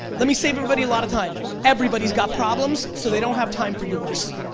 let me save everybody a lot of time, everybody's got problems, so they don't have time for yours.